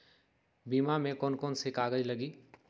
बीमा में कौन कौन से कागज लगी?